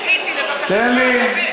דחיתי, לבקשתך, דוד.